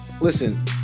Listen